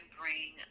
bring